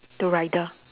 the rider